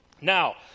Now